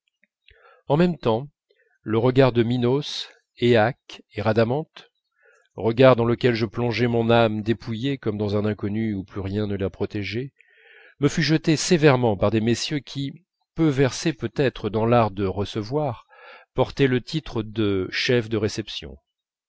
en même temps le regard de minos éaque et rhadamante regard dans lequel je plongeai mon âme dépouillée comme dans un inconnu où plus rien ne la protégeait me fut jeté sévèrement par des messieurs qui peu versés peut-être dans l'art de recevoir portaient le titre de chefs de réception